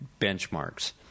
benchmarks